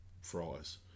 fries